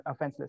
offenseless